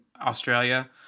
Australia